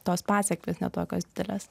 tos pasekmės ne tokios didelės